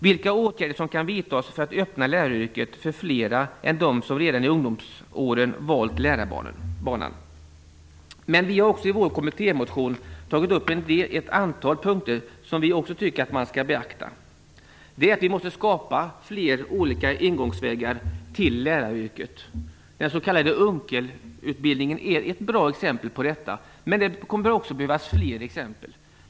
Vilka åtgärder kan vidtas för att öppna läraryrket för fler än dem som redan i ungdomsåren har valt lärarbanan? I vår kommittémotion har vi också tagit upp ett antal punkter som vi tycker att man skall beakta. Vi måste skapa flera olika ingångsvägar till läraryrket. Den s.k. Unckel-utbildningen är ett bra exempel på detta, men det kommer att behövas flera exempel.